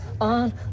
on